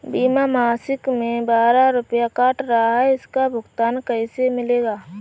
बीमा मासिक में बारह रुपय काट रहा है इसका भुगतान कैसे मिलेगा?